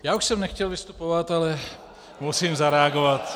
Já už jsem nechtěl vystupovat, ale musím zareagovat.